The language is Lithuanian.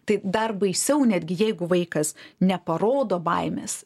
tai dar baisiau netgi jeigu vaikas neparodo baimės